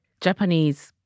Japanese